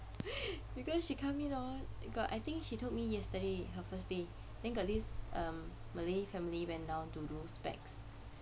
because she come in hor got I think she told me yesterday her first day then got this uh malay family went down to do specs